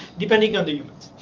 depending on the humans.